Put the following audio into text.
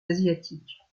asiatiques